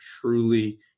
truly